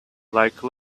like